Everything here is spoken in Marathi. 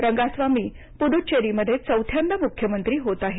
रंगास्वामी पुदुच्चेरीमध्ये चौथ्यांदा मुख्यमंत्री होत आहेत